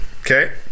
Okay